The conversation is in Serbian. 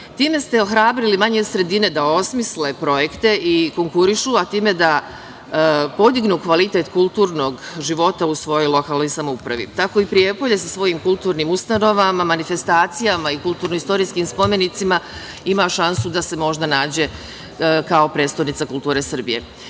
Time ste ohrabrili manje sredine da osmisle projekte i konkurišu, a time da podignu kvalitet kulturnog života u svojoj lokalnoj samoupravi. Tako i Prijepolje sa svojim kulturnim ustanovama, manifestacijama i kulturno-istorijskim spomenicima ima šansu da se možda nađe kao prestonica kulture Srbije. Inače,